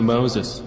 Moses